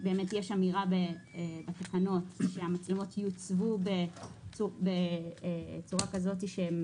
יש אמירה בתקנות שהמצלמות יוצבו בצורה כזאת שהן